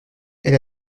elle